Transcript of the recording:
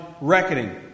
reckoning